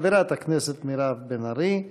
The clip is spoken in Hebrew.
חברת הכנסת מירב בן ארי.